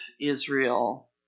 Israel